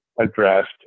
addressed